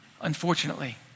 unfortunately